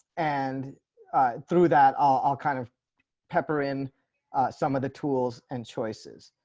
and through that i'll kind of pepper in some of the tools and choices.